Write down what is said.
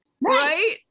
right